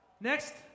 Next